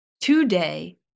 today